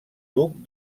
duc